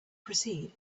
proceed